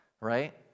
right